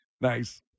Nice